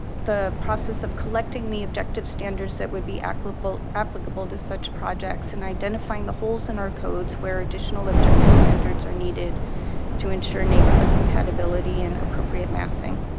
the process of collecting the objective standards that would be applicable applicable to such projects and identifying the holes in our codes where additional objective standards are needed to ensure neighborhood compatibility and appropriate massing.